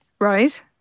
Right